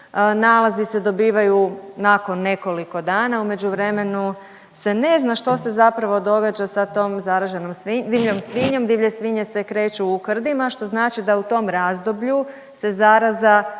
Nalazi se dobivaju nakon nekoliko dana u međuvremenu se ne zna što se zapravo događa sa tom zaraženom svinjom, divlje svinje se kreću u krdima što znači da u tom razdoblju se zaraza